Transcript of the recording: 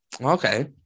Okay